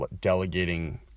delegating